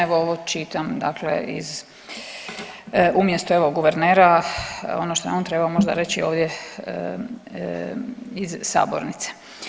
Evo ovo čitam dakle iz, umjesto evo guvernera, ono što je on trebao možda reći ovdje iz sabornice.